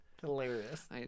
Hilarious